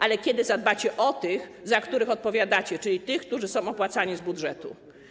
Ale kiedy zadbacie o tych, za których odpowiadacie, czyli tych, którzy są opłacani z budżetu?